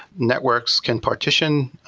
that works can partition,